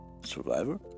survivor